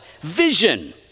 vision